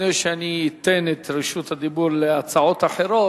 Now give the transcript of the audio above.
לפני שאני אתן את רשות הדיבור להצעות אחרות,